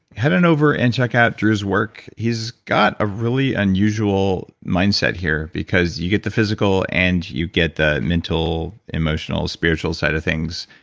head on over and check out drew's work. he's got a really unusual mindset here because you get the physical and you get the mental, emotional, spiritual side of things.